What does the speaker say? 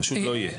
פשוט לא יהיה.